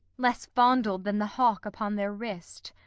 less fondled than the hawk upon their wrist.